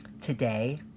Today